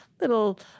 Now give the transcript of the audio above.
little